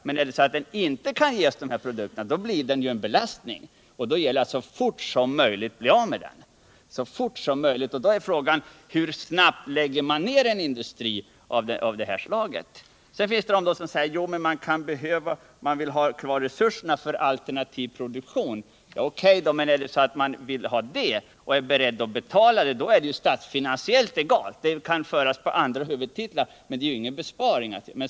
Men får den inte ge oss de här produkterna blir den en belastning och då gäller det att så fort som möjligt bli av med den. Då är frågan: Hur snabbt lägger man ned en industri av det slaget? Sedan finns det människor som säger att de vill ha kvar resurserna för alternativ produktion. Vill man ha det, och är beredd att betala för det, är det statsfinansiellt egalt hur man gör. Pengarna kan föras på andra huvudtitlar, men det innebär ingen besparing för statskassan.